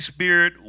Spirit